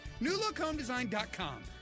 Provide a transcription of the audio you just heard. Newlookhomedesign.com